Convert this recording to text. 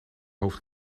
hoofd